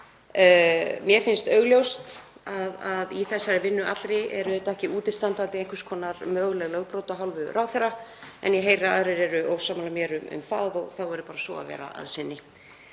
Mér finnst augljóst að í þessari vinnu allri eru ekki útistandandi einhvers konar möguleg lögbrot af hálfu ráðherra en ég heyri að aðrir eru ósammála mér um það og þá verður bara svo að vera að sinni.